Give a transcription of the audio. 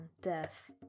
death